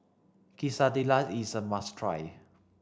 quesadillas is a must try